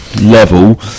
level